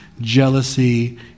jealousy